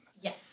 yes